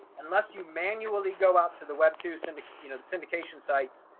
unless you manually go out to the web to syndicate, you know, the syndication sites,